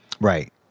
Right